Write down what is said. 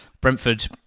Brentford